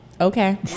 Okay